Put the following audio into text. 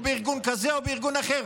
או בארגון כזה או בארגון אחר.